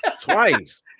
twice